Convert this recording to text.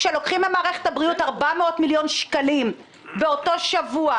כשלוקחים ממערכת הבריאות 400 מיליון שקלים באותו שבוע,